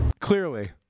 Clearly